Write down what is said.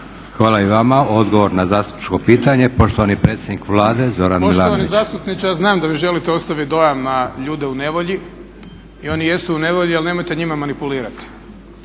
Hvala i vama. Odgovor na zastupničko pitanje, poštovani predsjednik Vlade Zoran Milanović. **Milanović, Zoran (SDP)** Poštovani zastupniče, ja znam da vi želite ostavit dojam na ljude u nevolji i oni jesu u nevolji, ali nemojte njima manipulirati.